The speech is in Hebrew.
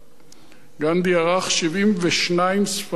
גנדי ערך 72 ספרים בחייו,